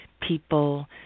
people